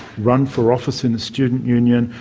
run for office in the student union,